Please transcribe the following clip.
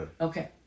Okay